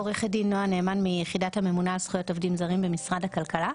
עו"ד נועה נאמן מיחידת הממונה על זכויות עובדים זרים במשרד הכלכלה.